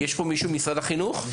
יש פה מישהו ממשרד החינוך?